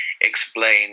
explain